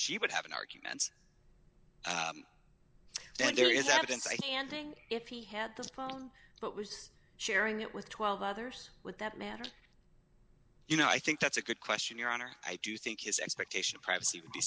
she would have an argument then there is evidence i can if he had this problem but was sharing it with twelve others would that matter you know i think that's a good question your honor i do think his expectation of privacy would be